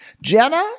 Jenna